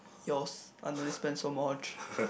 yours I don't need spend so much